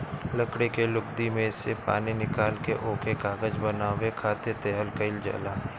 लकड़ी के लुगदी में से पानी निकाल के ओके कागज बनावे खातिर तैयार कइल जाला